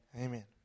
Amen